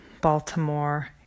Baltimore